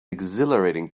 exhilarating